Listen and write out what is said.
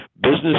Business